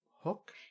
hook